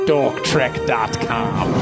Dorktrek.com